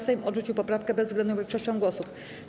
Sejm odrzucił poprawkę bezwzględną większością głosów.